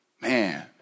man